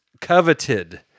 coveted